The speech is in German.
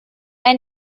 ein